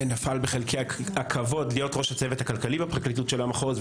נפל בחלקי הכבוד להיות ראש הצוות הכלכלי בפרקליטות של המחוז,